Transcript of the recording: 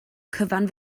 cyfan